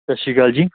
ਸਤਿ ਸ਼੍ਰੀ ਅਕਾਲ ਜੀ